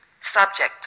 subject